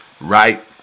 right